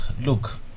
Look